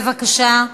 בבקשה.